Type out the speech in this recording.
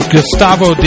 Gustavo